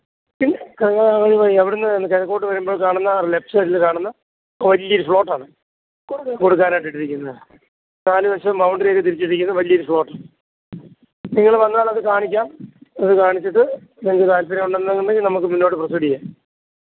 പിന്നെ ഒരു വഴി അവിടെന്ന് കിഴക്കോട്ട് വരുമ്പോള് കാണുന്ന ലെഫ്റ്റ് സൈഡിൽ കാണുന്ന ആ വലിയ റിസോര്ട്ടാണ് കൊടുക്കാനിട്ടിരിക്കുന്നത് നാല് വശോം ബൗണ്ടറിയൊക്കെ തിരിചിട്ടിരിക്കുന്ന വലിയ റിസോര്ട്ട് നിങ്ങൾ വന്നാലത് കാണിക്കാം അത് കാണിച്ചിട്ട് നിങ്ങൾക്ക് താല്പ്പര്യം ഉണ്ടെന്നുണ്ടെങ്കിൽ നമുക്ക് മുന്നോട്ട് പ്രൊസീഡ് ചെയ്യാം